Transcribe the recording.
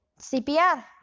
CPR